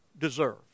deserve